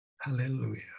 hallelujah